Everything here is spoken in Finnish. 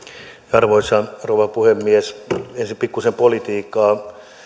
arvoisa rouva puhemies ensin pikkusen politiikkaa